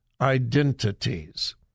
identities